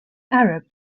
arab